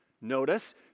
Notice